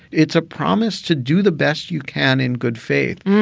it's a promise to do the best you can in good faith.